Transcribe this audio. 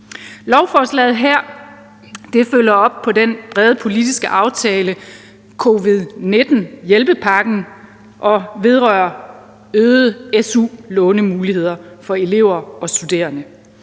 Lovforslaget her følger op på den brede politiske aftale, covid-19-hjælpepakken, og vedrører øgede su-lånemuligheder for elever og studerende.